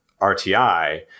RTI